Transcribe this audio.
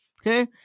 Okay